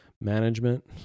management